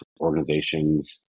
organizations